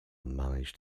managed